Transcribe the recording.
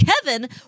Kevin